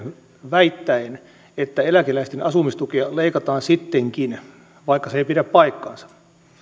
väittäen että eläkeläisten asumistukea leikataan sittenkin vaikka se ei pidä paikkaansa